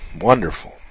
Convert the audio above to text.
Wonderful